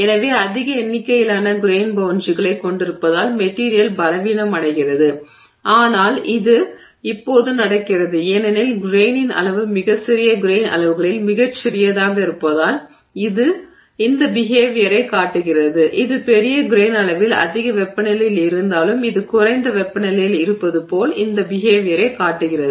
எனவே அதிக எண்ணிக்கையிலான கிரெய்ன் பௌண்டரிகளைக் கொண்டிருப்பதால் மெட்டிரியல் பலவீனமடைகிறது ஆனால் இது இப்போது நடக்கிறது ஏனெனில் கிரெய்னின் அளவு மிகச் சிறிய கிரெய்ன் அளவுகளில் மிகச் சிறியதாக இருப்பதால் அது இந்த பிஹேவியரை காட்டுகிறது இது பெரிய கிரெய்ன் அளவில் அதிக வெப்பநிலையில் இருந்தாலும் இது குறைந்த வெப்பநிலையில் இருப்பது போல இந்த பிஹேவியரை காட்டுகிறது